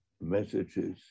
messages